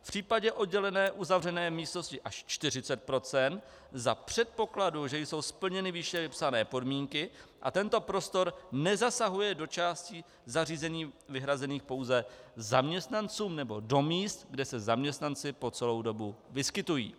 V případě oddělené uzavřené místnosti až 40 % za předpokladu, že jsou splněny výše vypsané podmínky a tento prostor nezasahuje do částí zařízení vyhrazených pouze zaměstnancům nebo do míst, kde se zaměstnanci po celou dobu vyskytují.